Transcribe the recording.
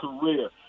career